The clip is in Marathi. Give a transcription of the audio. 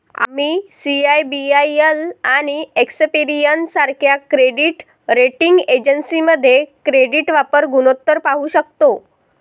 आम्ही सी.आय.बी.आय.एल आणि एक्सपेरियन सारख्या क्रेडिट रेटिंग एजन्सीमध्ये क्रेडिट वापर गुणोत्तर पाहू शकतो